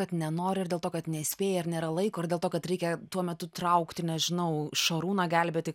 bet nenori ir dėl to kad nespėji ar nėra laiko ir dėl to kad reikia tuo metu traukti nežinau šarūną gelbėti